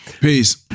Peace